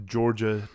Georgia